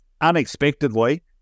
Unexpectedly